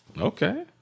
okay